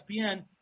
ESPN